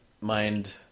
mind